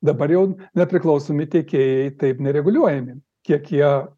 dabar jau nepriklausomi tiekėjai taip nereguliuojami kiek jie